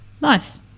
Nice